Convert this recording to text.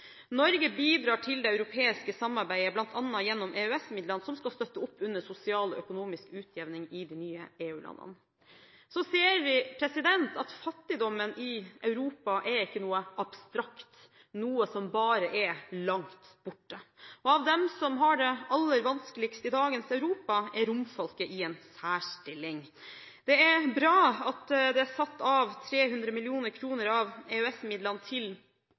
Norge bidrar til det europeiske samarbeidet bl.a. gjennom EØS-midlene, som skal støtte opp under sosial og økonomisk utjevning i de nye EU-landene. Så ser vi at fattigdommen i Europa ikke er noe abstrakt, noe som bare er langt borte. Av dem som har det aller vanskeligst i dagens Europa, er romfolket i en særstilling. Det er bra at det er satt av 300 mill. kr av EØS-midlene til